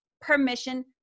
permission